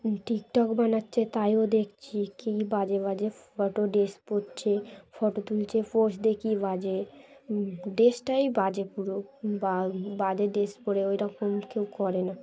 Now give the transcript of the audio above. TikTok বানাচ্ছে তাইও দেখছি কেই বাজে বাজে ফটো ড্রেস পরড়ছে ফটো তুলছে পোস্ট দেখই বাজে ড্রেসটাই বাজে পুরো বা বাজে ড্রেস পরে ওইরকম কেউ করে না